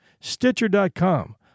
Stitcher.com